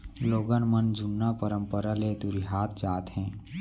लोगन मन जुन्ना परंपरा ले दुरिहात जात हें